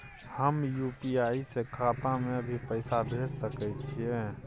हम यु.पी.आई से खाता में भी पैसा भेज सके छियै?